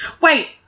wait